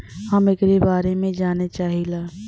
हम एकरे बारे मे जाने चाहीला?